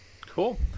Cool